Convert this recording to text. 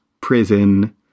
prison